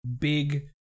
big